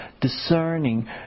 discerning